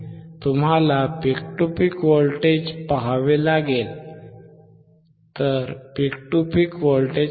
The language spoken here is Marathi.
तुम्हाला पीक टू पीक व्होल्टेज पहावे लागेल पीक टू पीक व्होल्टेज पहा